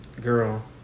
Girl